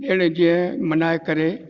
जहिड़े जे मनाए करे